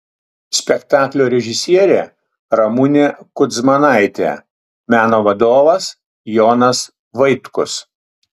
spektaklio režisierė ramunė kudzmanaitė meno vadovas jonas vaitkus